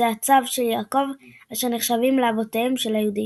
צאצאיו של יעקב, אשר נחשבים לאבותיהם של היהודים.